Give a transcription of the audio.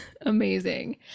Amazing